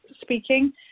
speaking